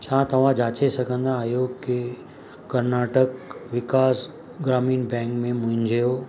छा तव्हां जाचे सघंदा आहियो कि कर्नाटक विकास ग्रामीण बैंक में मुंहिंजो